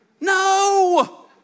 No